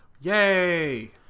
yay